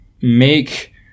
make